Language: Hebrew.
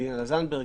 זנדברג,